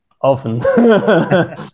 often